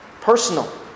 personal